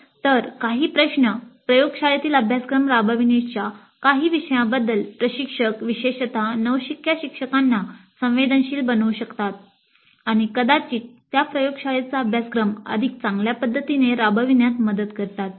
तर काही प्रश्न प्रयोगशाळेतील अभ्यासक्रम राबविण्याच्या काही विषयांबद्दल प्रशिक्षक विशेषत नवशिक्या शिक्षकांना संवेदनशील बनवू शकतात आणि कदाचित त्या प्रयोगशाळेचा अभ्यासक्रम अधिक चांगल्या पद्धतीने राबविण्यात मदत करतात